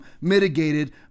mitigated